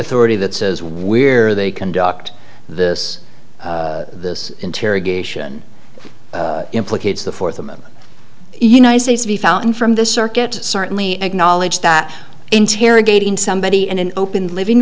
authority that says where they conduct this this interrogation implicates the fourth amendment united states v fountain from this circuit certainly acknowledge that interrogating somebody in an open living